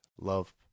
love